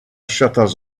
shutters